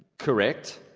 correct.